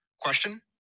Question